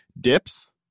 Dips